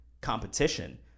competition